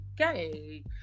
okay